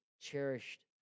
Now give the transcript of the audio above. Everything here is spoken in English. cherished